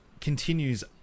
continues